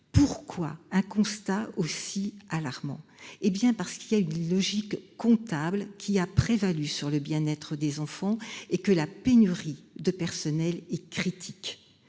Pourquoi un constat aussi alarmant. Eh bien parce qu'il y a une logique comptable qui a prévalu sur le bien-être des enfants et que la pénurie de personnel et critique